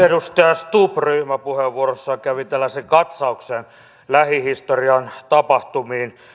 edustaja stubb ryhmäpuheenvuorossaan kävi tällaisen katsauksen lähihistorian tapahtumiin